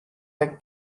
like